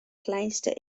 kleinste